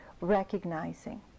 Recognizing